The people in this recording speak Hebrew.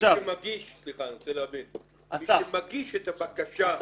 אני רוצה להבין, מי שמגיש את הבקשה,